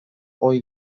ohi